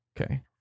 Okay